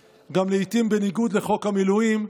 ולעתים גם בניגוד לחוק המילואים,